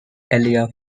elijah